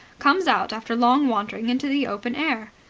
comes out after long wandering into the open air.